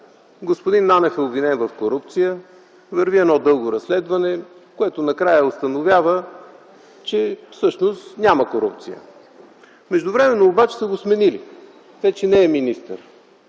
Господин Нанев е обвинен в корупция, върви едно дълго разследване, което накрая установява, че всъщност няма корупция. Междувременно обаче са го сменили, вече не е министър.